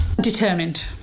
determined